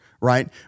right